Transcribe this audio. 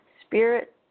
spirit